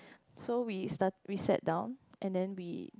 so we start we sat down and then we